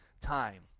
time